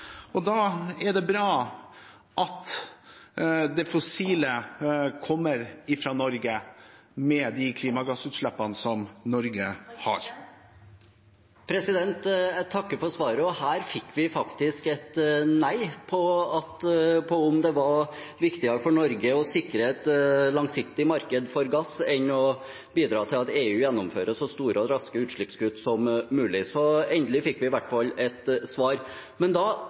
Da er det bra at det fossile kommer fra Norge, med de klimagassutslippene som Norge har. Lars Haltbrekken – til oppfølgingsspørsmål. Jeg takker for svaret, og her fikk vi faktisk et nei på spørsmålet om det var viktigere for Norge å sikre et langsiktig marked for gass enn å bidra til at EU gjennomfører så store og raske utslippskutt som mulig. Så endelig fikk vi i hvert fall et svar. Men da